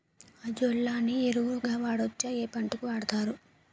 Azolla ని ఎరువు గా వాడొచ్చా? ఏ పంటలకు వాడతారు?